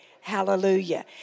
Hallelujah